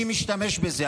מי משתמש בזה.